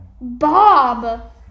Bob